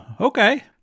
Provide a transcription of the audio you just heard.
okay